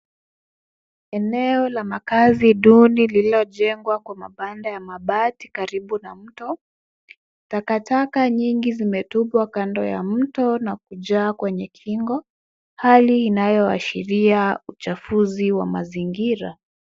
Eneo la makazi duni lililojengwa kwa mabanda ya mabati karibu na mto. Takataka nyingi zimetupwa kando ya mto na kujaa kwenye kingo, hali inayoashiria uchafuzi wa mazingira.